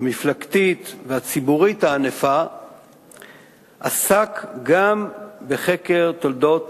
המפלגתית והציבורית הענפה עסק גם בחקר תולדות